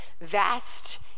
vast